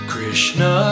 Krishna